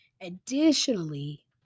Additionally